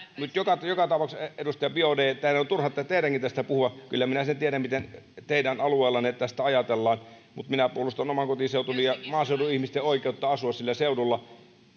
joka joka tapauksessa edustaja biaudet tästä on turha teidänkin puhua kyllä minä sen tiedän miten teidän alueellanne tästä ajatellaan mutta minä puolustan omaa kotiseutuani ja maaseudun ihmisten oikeutta asua sillä seudulla